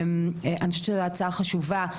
אני חושבת שזו הצעה חשובה.